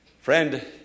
Friend